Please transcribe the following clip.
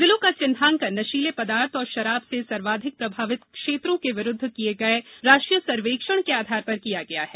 जिलों का चिन्हांकन नशीले पदार्थ और शराब से सर्वाधिक प्रभावित क्षेत्रों के विरुद्व किये गये राष्ट्रीय सर्वेक्षण के आधार पर किया गया है